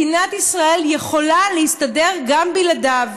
מדינת ישראל יכולה להסתדר גם בלעדיו,